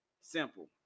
Simple